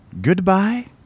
Goodbye